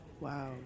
Wow